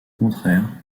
contraire